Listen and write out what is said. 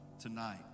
tonight